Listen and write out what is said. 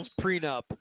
prenup